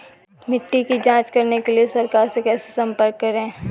मिट्टी की जांच कराने के लिए सरकार से कैसे संपर्क करें?